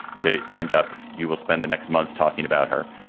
to end up you will spend the next month talking about her.